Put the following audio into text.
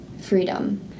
freedom